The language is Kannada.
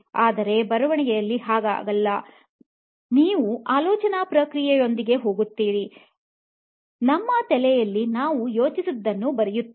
ಆದರೆ ಬರವಣಿಗೆಯಲ್ಲಿ ಹಾಗಲ್ಲನಿಮ್ಮ ಆಲೋಚನಾ ಪ್ರಕ್ರಿಯೆಯೊಂದಿಗೆ ಹೋಗುತ್ತೆವೆ ನಮ್ಮ ತಲೆಯಲ್ಲಿ ನಾವು ಯೋಚಿಸುತ್ತಿರುವುದನ್ನು ಬರೆಯುತ್ತೇವೆ